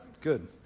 good